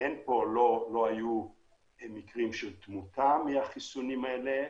ולא היו מקרים של תמותה מן החיסונים האלה.